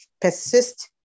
persist